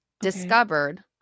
discovered